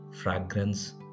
fragrance